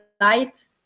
Light